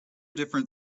different